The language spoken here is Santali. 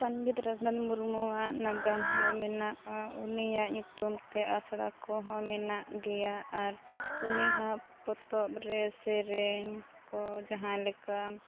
ᱯᱚᱱᱰᱤᱛ ᱨᱟᱹᱜᱩᱱᱟᱛᱷ ᱢᱩᱨᱢᱩᱣᱟᱜ ᱱᱟᱜᱟᱢ ᱦᱚᱸ ᱢᱮᱱᱟᱜᱼᱟ ᱩᱱᱤᱭᱟᱜ ᱧᱩᱛᱩᱢ ᱛᱮ ᱟᱥᱲᱟ ᱠᱚᱦᱚᱸ ᱢᱮᱱᱟᱜ ᱜᱮᱭᱟ ᱟᱨ ᱩᱱᱤᱭᱟᱜ ᱯᱚᱛᱚᱵ ᱨᱮ ᱥᱮᱨᱮᱧ ᱠᱚ ᱡᱟᱦᱟᱸ ᱞᱮᱠᱟᱢ